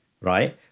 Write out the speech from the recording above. right